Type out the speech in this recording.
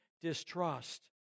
distrust